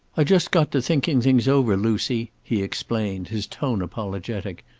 i just got to thinking things over, lucy, he explained, his tone apologetic.